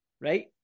right